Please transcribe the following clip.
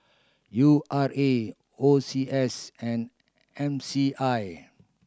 U R A O C S and M C I